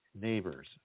neighbors